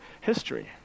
history